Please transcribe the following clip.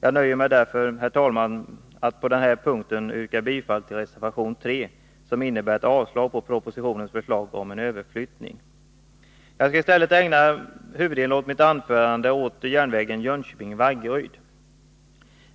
Jag nöjer mig därför, herr talman, med att på den här punkten yrka bifall till reservation 3, som innebär ett avslag på propositionens förslag om en överflyttning. Jag skall i stället ägna huvuddelen av mitt anförande åt järnvägen Jönköping-Vaggeryd.